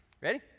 Ready